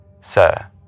Sir